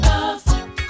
Love